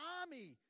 army